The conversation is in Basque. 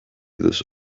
duzu